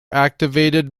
activated